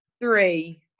three